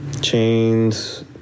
chains